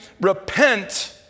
repent